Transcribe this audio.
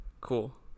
Cool